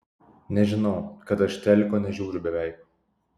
nežinau kad aš teliko nežiūriu beveik